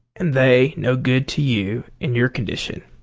and they no good to you in your condition